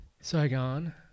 Saigon